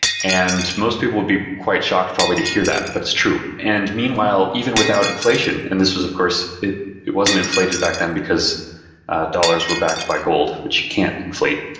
and most people would be quite shocked probably to hear that, but it's true. and meanwhile, even without inflation, and this was of course it it wasn't inflated back then, because dollars were backed by gold, which can't inflate.